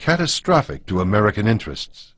catastrophic to american interests